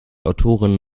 autorin